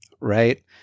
Right